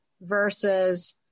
versus